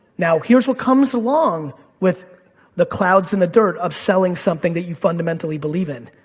now, here's what comes along with the clouds and the dirt of selling something that you fundamentally believe in.